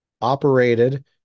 operated